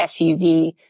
SUV